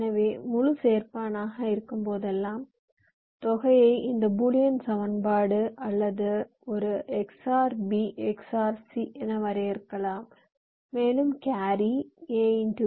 எனவே முழு சேர்ப்பானாக இருக்கும்போதெல்லாம் தொகையை இந்த பூலியன் சமன்பாடு அல்லது A XOR B XOR C என வரையறுக்கலாம் மேலும் கேரி A